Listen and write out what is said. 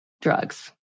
drugs